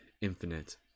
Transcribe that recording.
infinite